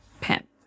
pimp